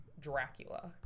Dracula